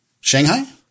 Shanghai